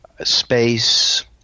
space